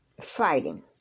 fighting